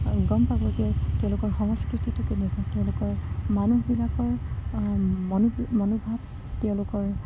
গম পাব যে তেওঁলোকৰ সংস্কৃতিটো কেনেকুৱা তেওঁলোকৰ মানুহবিলাকৰ মনোভাৱ তেওঁলোকৰ